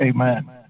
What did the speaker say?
Amen